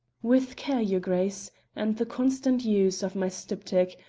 with care, your grace and the constant use of my styptic,